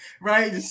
right